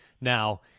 now